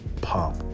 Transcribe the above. pop